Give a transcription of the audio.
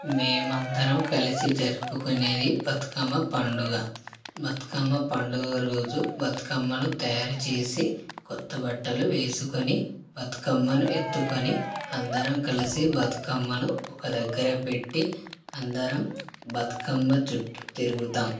మేమందరం కలిసి జరుపుకునేది బతుకమ్మ పండుగ బతుకమ్మ పండుగ రోజు బతుకమ్మను తయారు చేసి కొత్తబట్టలు వేసుకొని బతుకమ్మను ఎత్తుకొని అందరం కలిసి బతుకమ్మను ఒక దగ్గర పెట్టి అందరం బతుకమ్మ చుట్టు తిరుగుతాం